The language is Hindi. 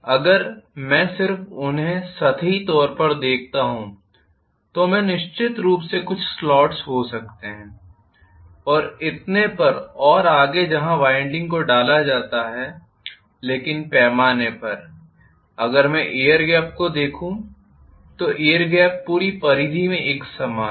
अगर मैं सिर्फ उन्हें सतही तौर पर देखता हूं तो मेरे पास निश्चित रूप से कुछ स्लॉट्स हो सकते है और इतने पर और आगे जहां वाइंडिंग को डाला जाता है लेकिन पैमाने पर अगर मैं एयर गेप को देखूं तो एयर गेप पूरी परिधि में एक समान है